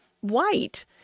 white